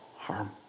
harm